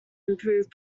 improved